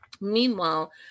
Meanwhile